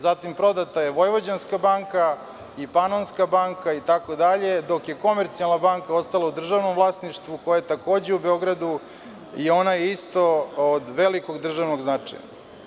Zatim, prodata je „Vojvođanska banka“ i „Panonska banka“ itd, dok je „Komercijalna banka“ ostala u državnom vlasništvu, koja je takođe u Beogradu i ona je isto od velikog državnog značaja.